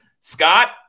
scott